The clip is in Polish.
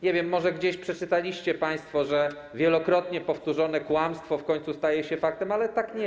Nie wiem, może gdzieś przeczytaliście państwo, że wielokrotnie powtórzone kłamstwo w końcu staje się faktem, ale tak nie jest.